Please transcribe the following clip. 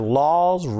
laws